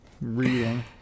reading